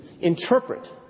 interpret